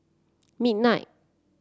midnight